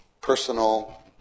personal